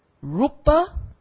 Rupa